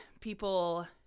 people